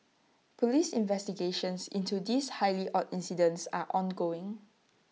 Police investigations into this highly odd incidents are ongoing